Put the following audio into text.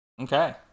Okay